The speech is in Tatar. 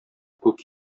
күк